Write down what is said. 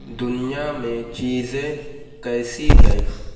دنیا میں چیزیں کیسی ہیں